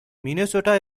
minnesota